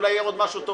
אולי יהיה עוד משהו טוב